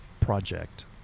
project